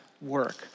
work